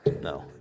No